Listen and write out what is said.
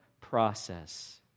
process